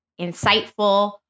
insightful